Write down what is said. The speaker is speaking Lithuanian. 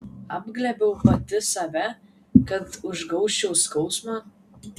apglėbiu pati save kad užgniaužčiau skausmą